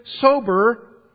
sober